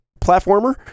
platformer